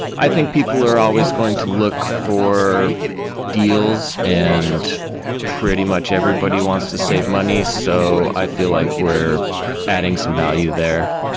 i think people are always going to look for deals and pretty much everybody wants to save money. so i feel like we're adding some value there.